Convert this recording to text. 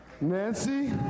Nancy